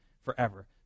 forever